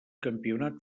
campionat